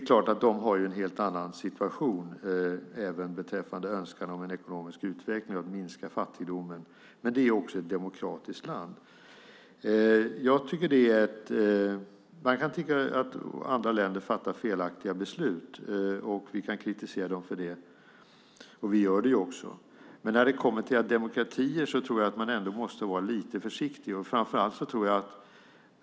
Sydafrika har en helt annan situation än Sverige, även beträffande önskan om en ekonomisk utveckling och att minska fattigdomen, men det är också ett demokratiskt land. Man kan tycka att andra länder fattar felaktiga beslut och kritisera dem för det, vilket vi också gör, men när det kommer till demokratier måste man vara lite försiktig.